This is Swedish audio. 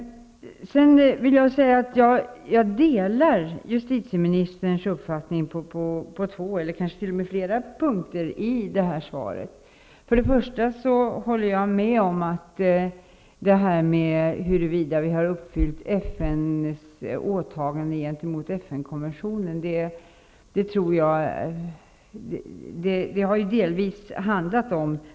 Jag delar justitieministerns uppfattning i svaret på flera punkter. För det första håller jag med om det som sägs om huruvida vi har uppfyllt åtagandena enligt FN-konventionen.